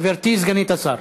גברתי סגנית השר.